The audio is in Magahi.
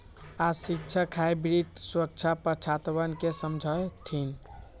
आज शिक्षक हाइब्रिड सुरक्षा पर छात्रवन के समझय थिन